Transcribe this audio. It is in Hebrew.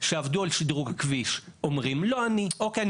שעבדו על שדרוג הכביש אומרים, לא אני, אוקיי?